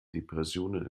depressionen